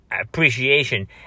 appreciation